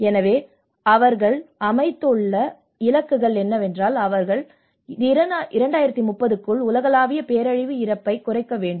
எனவே அவர்கள் அமைத்துள்ள இலக்குகள் என்னவென்றால் அவை 2030 க்குள் உலகளாவிய பேரழிவு இறப்பைக் குறைக்க வேண்டும்